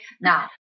Now